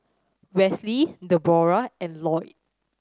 Wesley Deborah and Loyd